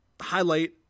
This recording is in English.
highlight